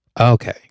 Okay